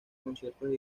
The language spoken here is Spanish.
conciertos